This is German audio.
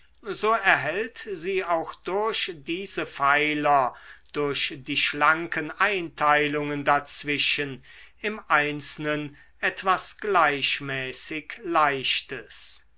so erhält sie auch durch diese pfeiler durch die schlanken einteilungen dazwischen im einzelnen etwas gleichmäßig leichtes